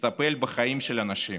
שתטפל בחיים של אנשים,